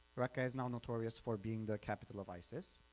rakka is now notorious for being the capital of isis.